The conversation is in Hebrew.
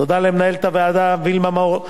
תודה למנהלת הוועדה וילמה מאור.